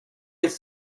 its